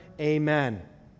Amen